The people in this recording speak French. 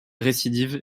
récidive